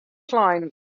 slein